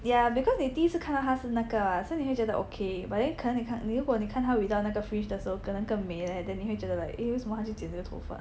yah because 你第一次看到她是那个啊 so 你会觉得 okay but then 可能你看如果你看她 without 那个 fringe 的时候可能更美 leh then 你会觉得 like eh 为什么她就剪这个头发